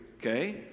okay